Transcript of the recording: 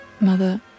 mother